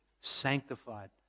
sanctified